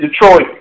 Detroit